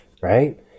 Right